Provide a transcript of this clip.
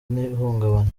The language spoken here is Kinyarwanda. n’ihungabana